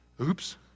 oops